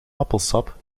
appelsap